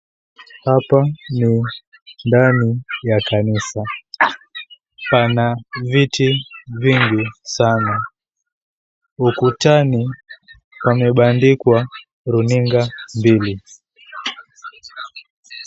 Hapa ni ndani ya kanisa. Pana viti vingi sana. Ukutani pamebandikwa runinga mbili.